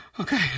Okay